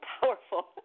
powerful